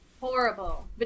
Horrible